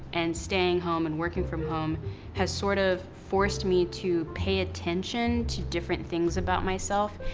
and staying home, and working from home has sort of forced me to pay attention to different things about myself,